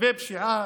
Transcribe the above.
לגבי פשיעה,